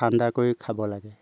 ঠাণ্ডা কৰি খাব লাগে